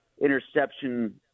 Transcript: interception